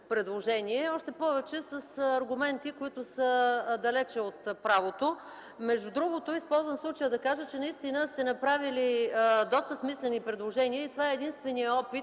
предложение, още повече с аргументи, които са далеч от правото. Използвам случая обаче да кажа, че наистина сте направили доста смислени предложения и това е единственият опит